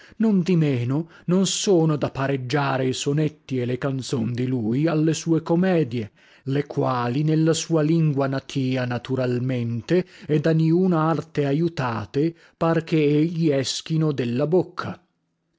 e sia lodato dalle persone nondimeno non sono da pareggiare i sonetti e le canzon di lui alle sue comedie le quali nella sua lingua natia naturalmente e da niuna arte aiutate par che e gli eschino della bocca